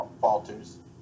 falters